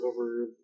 over